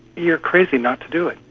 you are crazy not to do it,